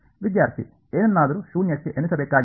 ವಿದ್ಯಾರ್ಥಿ ಏನನ್ನಾದರೂ ಶೂನ್ಯಕ್ಕೆ ಎಣಿಸಬೇಕಾಗಿದೆ